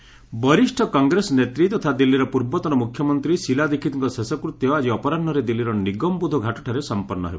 ଶିଲା ଦୀକ୍ଷିତ୍ ବରିଷ୍ଣ କଂଗ୍ରେସ ନେତ୍ରୀ ତଥା ଦିଲ୍ଲୀର ପୂର୍ବତନ ମୁଖ୍ୟମନ୍ତ୍ରୀ ଶିଲା ଦୀକ୍ଷିତ୍ଙ୍କ ଶେଷକୃତ୍ୟ ଆଜି ଅପରାହ୍ୱରେ ଦିଲ୍ଲୀର ନିଗମବୋଧ ଘାଟଠାରେ ସମ୍ପନ୍ନ ହେବ